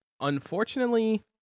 unfortunately